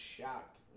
shocked